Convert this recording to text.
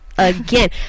again